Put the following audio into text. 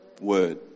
word